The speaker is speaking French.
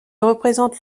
représente